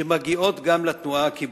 שמגיעות גם לתנועה הקיבוצית.